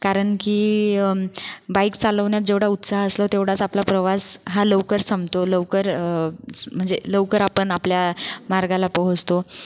कारण की बाईक चालवण्यात जेवढा उत्साह असतो तेवढाच आपला प्रवास हा लवकर संपतो लवकर म्हणजे लवकर आपण आपल्या मार्गाला पोहोचतो